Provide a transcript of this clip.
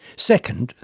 second,